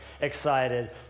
excited